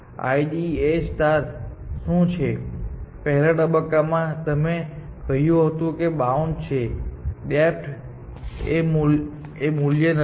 તેથી IDA શું છેપહેલા તબક્કા માંતમે કહ્યું હતું કે બાઉન્ડ છે ડેપ્થ એ મૂલ્ય નથી